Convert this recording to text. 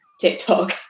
TikTok